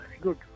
Good